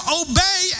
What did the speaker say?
obey